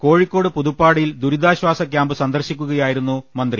കോഴിക്കോട് പുതുപ്പാടിയിൽ ദുരിതാശ്വാസ ക്യാമ്പ് സന്ദർശിക്കുകയായിരുന്നു മന്ത്രി